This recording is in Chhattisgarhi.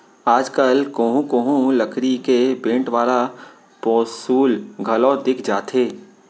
आज कल कोहूँ कोहूँ लकरी के बेंट वाला पौंसुल घलौ दिख जाथे